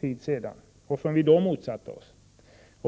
tid sedan och som vi då motsatte oss.